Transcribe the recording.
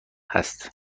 هست